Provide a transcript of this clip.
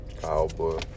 Cowboy